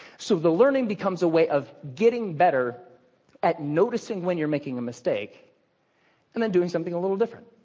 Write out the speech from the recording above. so the learning becomes a way of getting better at noticing when you're making a mistake and then doing something a little different.